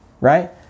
right